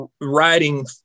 writing